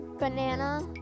Banana